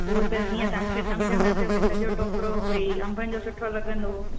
उहा त जीअं तव्हांखे सम्झ में अचे भई सॼो टोकिरो भई अंबनि जो सुठो लॻंदो